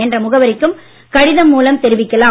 என்ற முகவரிக்கும் கடிதம் மூலம் தெரிவிக்கலாம்